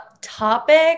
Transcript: Topic